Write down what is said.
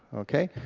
okay.